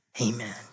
amen